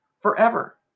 forever